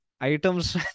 items